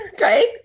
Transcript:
Right